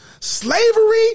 Slavery